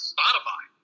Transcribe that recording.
Spotify